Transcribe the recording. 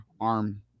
arm